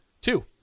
Two